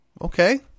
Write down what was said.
Okay